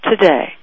today